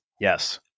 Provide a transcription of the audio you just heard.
Yes